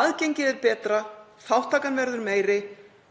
aðgengið er betra, þátttakan verður meiri